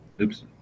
Oops